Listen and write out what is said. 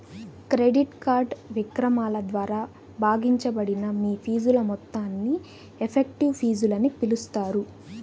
credit card విక్రయాల ద్వారా భాగించబడిన మీ ఫీజుల మొత్తాన్ని ఎఫెక్టివ్ ఫీజులని పిలుస్తారు